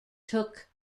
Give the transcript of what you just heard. took